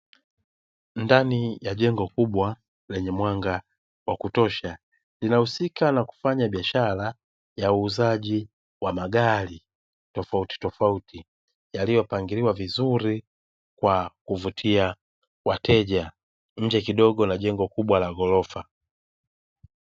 Ndani ya jengo kubwa lenye mwanga wa kutosha, linahusika na kufanya biashara ya uuzaji wa magari tofautitofauti, yaliyopangiliwa vizuri kwa kuvutia wateja, nje kidogo na jengo kubwa la ghorofa.